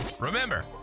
Remember